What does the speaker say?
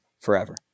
forever